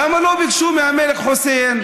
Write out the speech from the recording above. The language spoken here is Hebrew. למה לא ביקשו מהמלך חוסיין?